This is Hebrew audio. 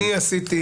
אני עשיתי